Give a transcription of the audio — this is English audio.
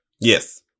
Yes